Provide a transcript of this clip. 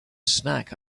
snack